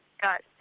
got